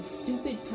stupid